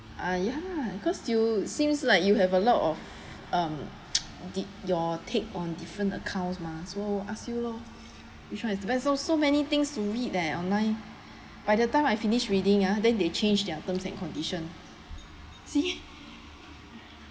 ah ya lah because you seems like you have a lot of um did your take on different accounts mah so ask you lor which one is the best so many things to read eh online by the time I finished reading ah then they changed their terms and condition see